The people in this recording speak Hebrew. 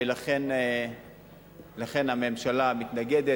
ולכן הממשלה מתנגדת.